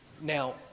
Now